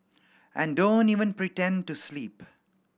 and don't even pretend to sleep